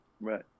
Right